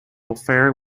affair